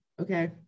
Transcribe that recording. okay